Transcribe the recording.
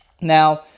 Now